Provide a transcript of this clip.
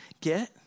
get